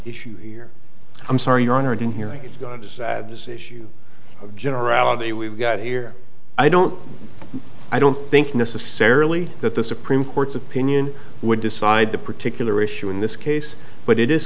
issue here i'm sorry your honor to hear i got to decide this issue of generality we've got here i don't i don't think necessarily that the supreme court's opinion would decide the particular issue in this case but it is